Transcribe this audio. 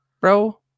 bro